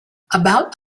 about